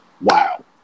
wow